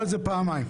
מול העיניים?